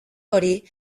hori